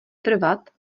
trvat